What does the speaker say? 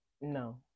No